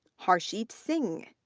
harshit singh,